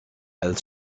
elle